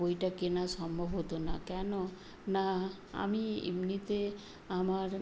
বইটা কেনা সম্ভব হতো না কেন না আমি এমনিতে আমার